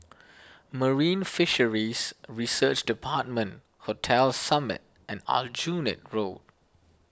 Marine Fisheries Research Department Hotel Summit and Aljunied Road